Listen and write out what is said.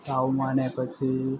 તાવમાં ને પછી